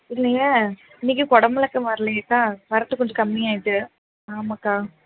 இல்லையே இன்னைக்கு குட மிளகா வரலையேக்கா வரத்து கொஞ்சம் கம்மியாகிட்டு ஆமாக்கா